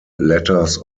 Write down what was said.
letters